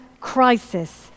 crisis